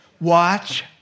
Watch